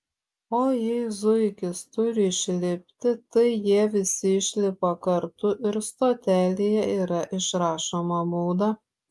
o jei zuikis turi išlipti tai jie visi išlipa kartu ir stotelėje yra išrašoma bauda